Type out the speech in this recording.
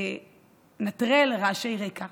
לנטרל רעשי רקע,